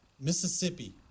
Mississippi